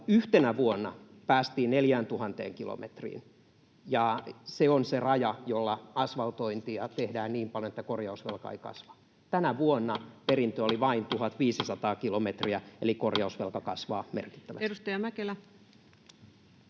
yhtenä vuonna pääsimme 4 000 kilometriin, ja se on se raja, jolla asvaltointia tehdään niin paljon, että korjausvelka ei kasva. Tänä vuonna perintö oli vain 1 500 kilometriä, eli korjausvelka kasvaa merkittävästi.